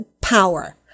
power